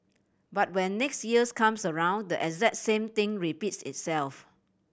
but when next years comes around the exact same thing repeats itself